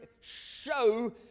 show